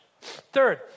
Third